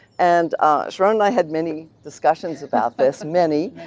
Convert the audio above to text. and ah sharone and i had many discussions about this, many.